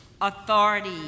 authority